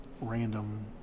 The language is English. random